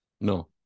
No